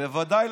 בוודאי,